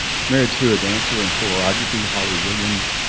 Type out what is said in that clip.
he's married to a dancer in choreography, holly williams.